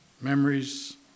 memories